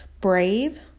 brave